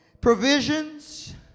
provisions